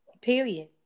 Period